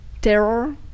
terror